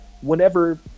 whenever